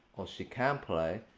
or she can play,